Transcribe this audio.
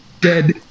dead